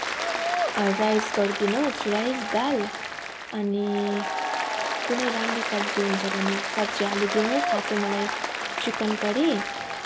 rice गरिदिनुहोस् rice दाल अनि कुनै राम्रो सब्जी हुन्छ भने सब्जी हालिदिनुहोस् साथै मलाई चिकन करी